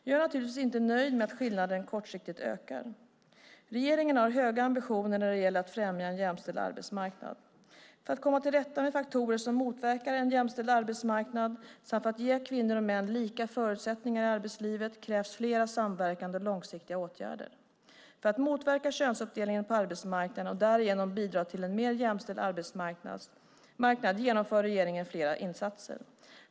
Jag är naturligtvis inte nöjd med att skillnaden kortsiktigt ökar. Regeringen har höga ambitioner när det gäller att främja en jämställd arbetsmarknad. För att komma till rätta med faktorer som motverkar en jämställd arbetsmarknad samt för att ge kvinnor och män lika förutsättningar i arbetslivet krävs flera samverkande och långsiktiga åtgärder. För att motverka könsuppdelningen på arbetsmarknaden och därigenom bidra till en mer jämställd arbetsmarknad genomför regeringen flera insatser.